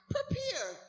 Prepare